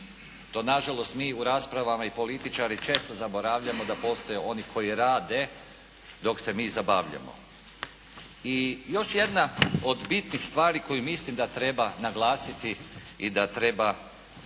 To na žalost mi u raspravama i političari često zaboravljamo da postoje oni koji rade dok se mi zabavljamo. I još jedna od bitnih stvari koju mislim da treba naglasiti i da treba,